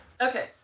Okay